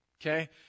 okay